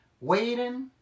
waiting